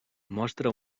mostra